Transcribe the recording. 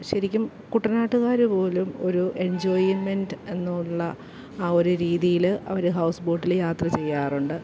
ശരിക്കും കുട്ടനാട്ടുകാർപോലും ഒരു എഞ്ചോയ്മെൻ്റ് എന്നുള്ള ആ ഒരു രീതിയിൽ അവർ ഹൗസ്ബോട്ടിൽ യാത്ര ചെയ്യാറുണ്ട്